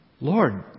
Lord